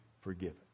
forgiven